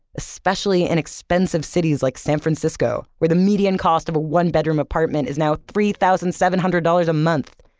especially in expensive cities like san francisco, where the median cost of a one bedroom apartment is now three thousand seven hundred dollars a month.